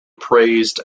praised